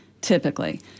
typically